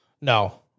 No